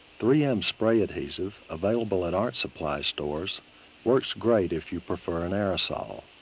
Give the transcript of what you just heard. three m spray adhesive available at art supply stores works great if you prefer an aerosol.